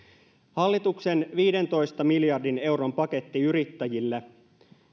hallituksen viidentoista miljardin euron paketti yrittäjille